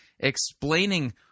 explaining